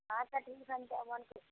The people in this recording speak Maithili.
अच्छा ठीक हइ हम तऽ अबो नहि